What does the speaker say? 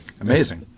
Amazing